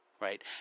right